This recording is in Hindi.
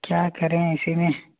क्या करें इसी में